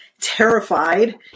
terrified